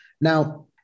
Now